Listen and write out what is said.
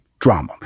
Drama